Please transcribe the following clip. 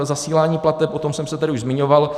Zasílání plateb, o tom jsem se tady už zmiňoval.